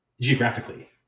geographically